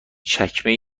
چکمه